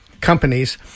companies